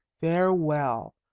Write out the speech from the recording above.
farewell